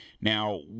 Now